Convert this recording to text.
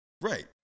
Right